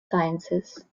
sciences